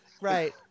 Right